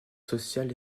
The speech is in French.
social